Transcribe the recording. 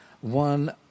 one